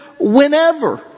whenever